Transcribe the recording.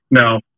no